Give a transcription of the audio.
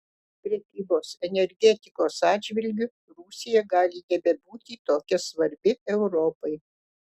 prekybos energetikos atžvilgiu rusija gali nebebūti tokia svarbi europai